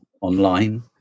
online